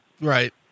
Right